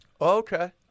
Okay